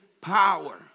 power